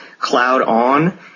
CloudOn